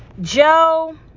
Joe